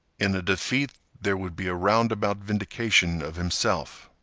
in a defeat there would be a roundabout vindication of himself.